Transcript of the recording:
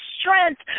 strength